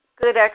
good